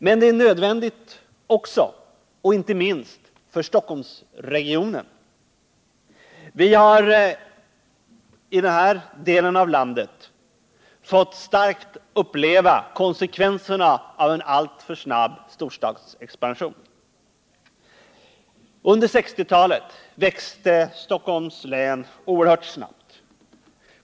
Men det är nödvändigt också — och inte minst — för Stockholmsregionen. Vi har i denna del av landet fått uppleva konsekvenserna av en alltför snabb storstadsexpansion. Under 1960-talet växte Stockholms län oerhört snabbt.